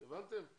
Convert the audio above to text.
הבנתם?